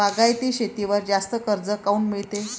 बागायती शेतीवर जास्त कर्ज काऊन मिळते?